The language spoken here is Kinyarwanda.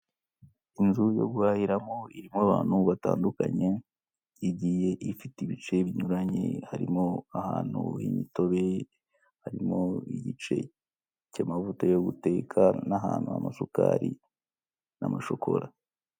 Inzu yo guhahiramo irimo abantu batandukanye, igiye ifite ibice binyuranye, harimo ahantu h'imitobe, harimo igice cy'amavuta yo gutekaka, n'ahantu h'amasukari n'amashokora.